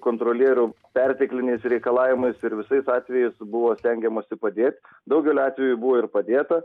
kontrolierių pertekliniais reikalavimais ir visais atvejais buvo stengiamasi padėt daugeliu atvejų buvo ir padėta